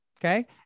Okay